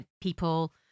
people